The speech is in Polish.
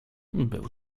był